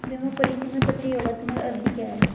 बीमा पॉलिसी में प्रतियोगात्मक अवधि क्या है?